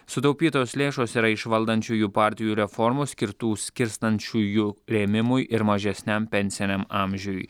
sutaupytos lėšos yra iš valdančiųjų partijų reformos skirtų skirstančiųjų rėmimui ir mažesniam pensiniam amžiui